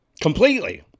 completely